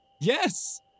Yes